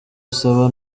usaba